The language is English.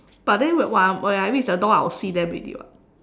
but then when when I'm when I reach the door I will see them already [what]